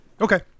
okay